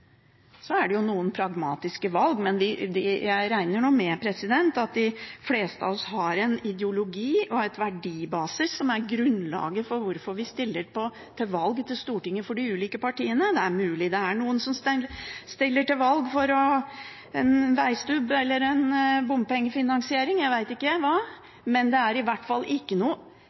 Så er det noen pragmatiske valg, men jeg regner nå med at de fleste av oss har en ideologi og en verdibasis som er grunnlaget for hvorfor vi stiller til valg til Stortinget for de ulike partiene. Det er mulig det er noen som stiller til valg for en vegstubb eller bompengefinansiering, jeg vet ikke hva, men det er i hvert fall ikke noe